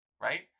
Right